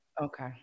Okay